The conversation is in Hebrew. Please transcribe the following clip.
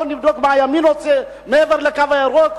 בוא נבדוק מה הימין עושה מעבר ל"קו הירוק"